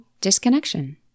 disconnection